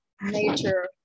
nature